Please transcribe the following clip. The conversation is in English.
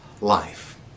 life